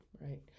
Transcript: Right